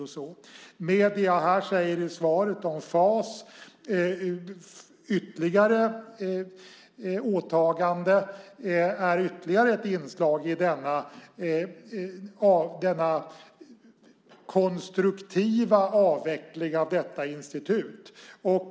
Men det jag säger i svaret om FAS är ytterligare ett inslag i denna konstruktiva avveckling av detta institut.